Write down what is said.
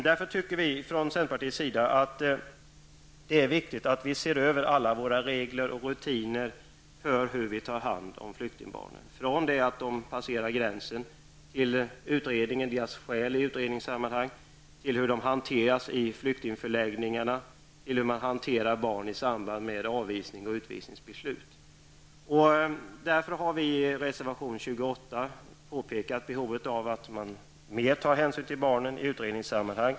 Vi tycker från centerpartiets sida att det är viktigt att se över regler och rutiner för hur flyktingbarnen tas om hand från det att de passerar gränsen -- hur man gör utredningar, hur de hanteras i flyktingförläggningarna och hur de hanteras i samband med avvisning och utvisningsbeslut. Därför har vi i reservation 28 påpekat behovet av att ta mer hänsyn till barnen i utredningssammanhang.